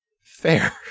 fair